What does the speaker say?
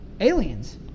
aliens